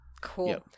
Cool